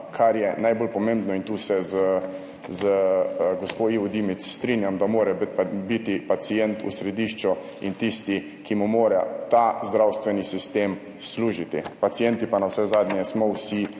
kar je najbolj pomembno. In tu se z gospo Ivo Dimic strinjam, da mora biti pacient v središču in tisti, ki mu mora ta zdravstveni sistem služiti. Pacienti pa navsezadnje smo vsi